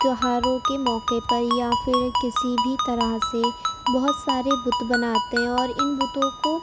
تہواروں کے موقع پر یا پھر کسی بھی طرح سے بہت سارے بت بناتے ہیں اور ان بتوں کو